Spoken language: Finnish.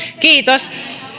kiitos